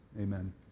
amen